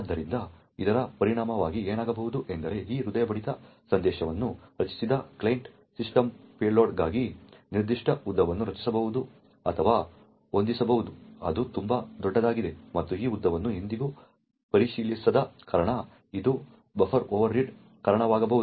ಆದ್ದರಿಂದ ಇದರ ಪರಿಣಾಮವಾಗಿ ಏನಾಗಬಹುದು ಎಂದರೆ ಈ ಹೃದಯ ಬಡಿತ ಸಂದೇಶವನ್ನು ರಚಿಸಿದ ಕ್ಲೈಂಟ್ ಸಿಸ್ಟಮ್ ಪೇಲೋಡ್ಗಾಗಿ ನಿರ್ದಿಷ್ಟ ಉದ್ದವನ್ನು ರಚಿಸಬಹುದು ಅಥವಾ ಹೊಂದಿಸಬಹುದು ಅದು ತುಂಬಾ ದೊಡ್ಡದಾಗಿದೆ ಮತ್ತು ಈ ಉದ್ದವನ್ನು ಎಂದಿಗೂ ಪರಿಶೀಲಿಸದ ಕಾರಣ ಇದು ಬಫರ್ಓವರ್ರೀಡ್ಗೆ ಕಾರಣವಾಗಬಹುದು